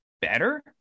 better